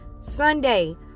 Sunday